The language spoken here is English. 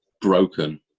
broken